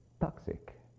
toxic